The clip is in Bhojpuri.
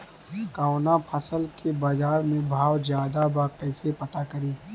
कवना फसल के बाजार में भाव ज्यादा बा कैसे पता करि?